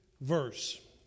verse